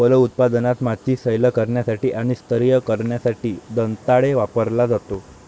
फलोत्पादनात, माती सैल करण्यासाठी आणि स्तरीय करण्यासाठी दंताळे वापरला जातो